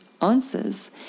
answers